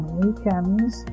weekends